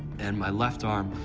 and my left arm,